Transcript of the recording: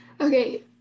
Okay